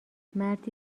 مردی